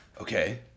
Okay